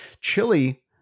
Chili